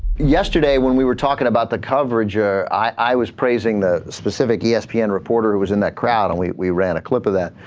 yesterday when we were talking about the coverage ah. i was praising the specific e s p n reporter was in that crowd and we we ran a clip of that